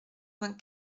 vingt